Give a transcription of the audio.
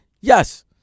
Yes